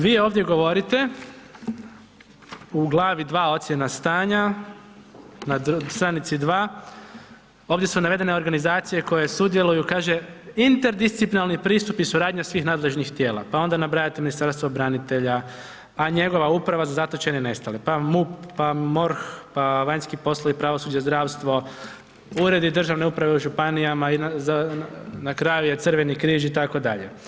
Vi ovdje govorite u glavi 2. Ocjena stanja, na stanici 2. ovdje su navedene organizacije koje sudjeluju, kaže, interdisciplinarni pristup i suradnja svih nadležnih tijela pa onda nabrajate Ministarstvo branitelja, a njegova Uprava za zatočene i nestale, pa MUP, pa MORH, pa vanjski poslovi i pravosuđe, zdravstvo, uredi državne uprave u županijama i na kraju je Crveni križ, itd.